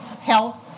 health